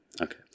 Okay